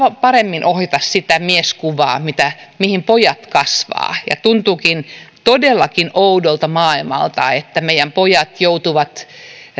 paremmin ohjata sitä mieskuvaa mihin pojat kasvavat tuntuukin todellakin oudolta maailmalta että meidän poikamme joutuvat